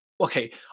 okay